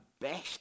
best